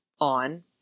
on